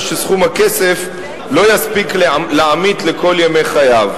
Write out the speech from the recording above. שסכום הכסף לא יספיק לעמית לכל ימי חייו.